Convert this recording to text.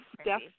Steph